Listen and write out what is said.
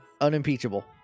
unimpeachable